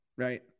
right